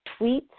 tweets